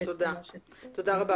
תודה רבה.